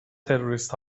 تروریست